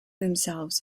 themselves